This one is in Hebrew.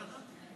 לא ידעתי.